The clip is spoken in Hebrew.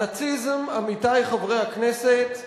הנאציזם, עמיתי חברי הכנסת,